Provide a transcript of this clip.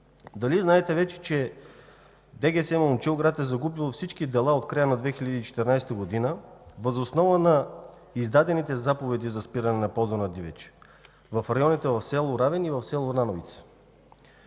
Дали знаете вече, че ДГС – Момчилград, е загубило всички дела от края на 2014 г. въз основа на издадените заповеди за спиране на ползването на дивеч в районите в село Равен и в село Нановица